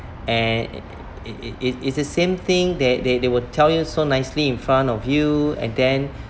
and it it it it it's the same thing they they they will tell you so nicely in front of you and then